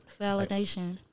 Validation